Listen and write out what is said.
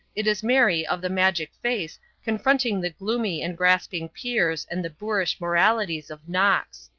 it is mary of the magic face confronting the gloomy and grasping peers and the boorish moralities of knox.